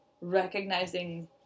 recognizing